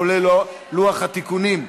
כולל לוח התיקונים.